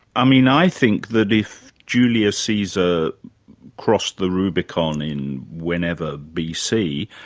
i mean, i think that if julius caesar crossed the rubicon in whenever bc,